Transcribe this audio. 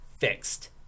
fixed